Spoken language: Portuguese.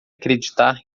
acreditar